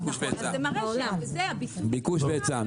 ביקוש והיצע.